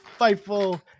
Fightful